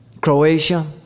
Croatia